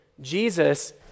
Jesus